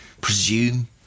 presume